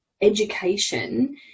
education